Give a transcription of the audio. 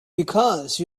because